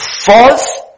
false